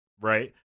right